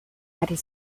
united